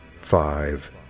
five